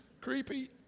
Creepy